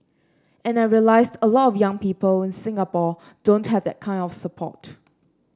and I realised a lot of young people in Singapore don't have that kind of support